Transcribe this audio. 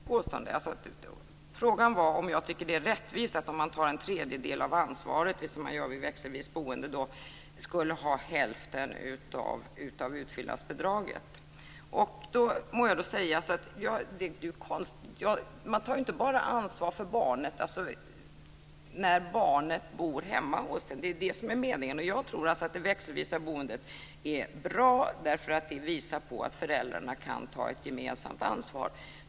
Herr talman! Jag är 58 år. Mitt liv har bestått av olika livsbetingelser, så jag har en känsla av att jag har ganska mycket erfarenhet av hur andra människor lever och av hur folk har det. Jag tycker att det är ett märkligt påstående. Frågan var om jag tycker att det är rättvist att man får hälften av utfyllnadsbidraget om man tar en tredjedel av ansvaret som man gör vid växelvis boende. Det är konstigt, för man tar ju inte bara ansvar för barnet när barnet bor hemma hos en. Det är det som är meningen. Jag tror att det växelvisa boendet är bra därför att det visar på att föräldrarna kan ta ett gemensamt ansvar.